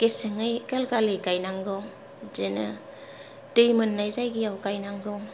गेसेंयै खेल खालि गायनांगौ बिदिनो दै मोननाय जायगायाव गायनांगौ